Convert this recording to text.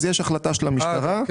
אז יש החלטה של הממשלה שמחייבת.